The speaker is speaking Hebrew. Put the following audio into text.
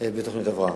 בתוכניות הבראה.